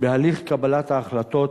בתהליך קבלת ההחלטות,